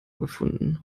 gefunden